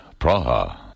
Praha